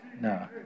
no